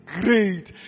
great